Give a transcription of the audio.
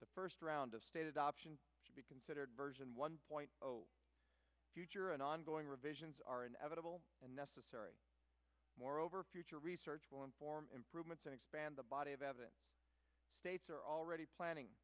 the first round of stated options should be considered version one point zero future and ongoing revisions are inevitable and necessary moreover future research will inform improvements and expand the body of evidence states are already planning